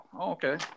Okay